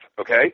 Okay